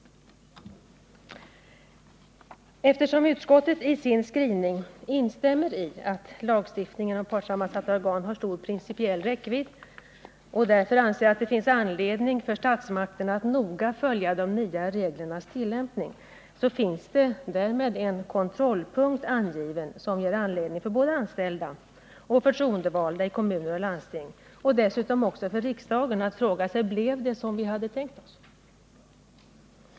Eftersom utskottet i sin skrivning instämmer i att lagstiftningen om partssammansatta organ har stor principiell räckvidd och därför anser att det finns anledning för statsmakterna att noga följa de nya reglernas tillämpning, så finns det därmed en kontrollpunkt angiven som ger anledning för anställda, för förtroendevalda i kommuner och landsting och för riksdagen att fråga sig: Blev det som vi hade tänkt oss?